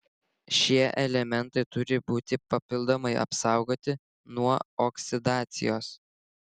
šie elementai turi būti papildomai apsaugoti nuo oksidacijos